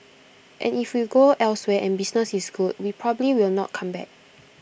and if we go elsewhere and business is good we probably will not come back